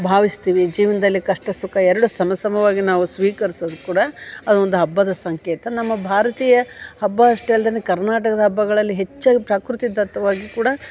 ಭಾವಿಸ್ತೀವಿ ಜೀವನದಲ್ಲಿ ಕಷ್ಟ ಸುಖ ಎರಡೂ ಸಮ ಸಮವಾಗಿ ನಾವು ಸ್ವೀಕರ್ಸೋದು ಕೂಡ ಅದೊಂದು ಹಬ್ಬದ ಸಂಕೇತ ನಮ್ಮ ಭಾರತೀಯ ಹಬ್ಬ ಅಷ್ಟೇ ಅಲ್ದೇ ಕರ್ನಾಟಕದ ಹಬ್ಬಗಳಲ್ಲಿ ಹೆಚ್ಚಾಗಿ ಪ್ರಕೃತಿದತ್ತವಾಗ್ಯೂ ಕೂಡ